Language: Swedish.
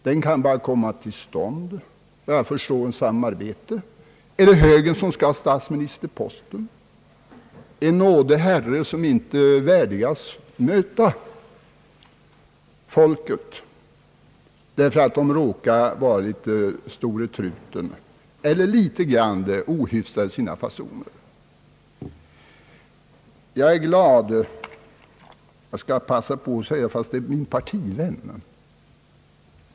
Den kan bara komma till stånd efter samarbete mellan de borgerliga partierna. Blir det då högerpartiet som skall få statsministerposten så blir det tydligen en nådig herre, som inte värdigas möta folket.